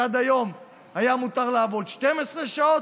שבה עד היום מותר לעבוד 12 שעות,